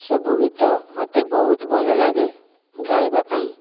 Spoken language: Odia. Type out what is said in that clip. ସବୁ ଗୀତ ମୋତେ ବହୁତ ଭଲ ଲାଗେ ଗାଇବା ପାଇଁ